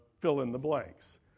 fill-in-the-blanks